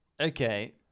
okay